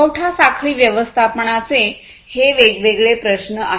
पुरवठा साखळी व्यवस्थापनाचे हे वेगवेगळे प्रश्न आहेत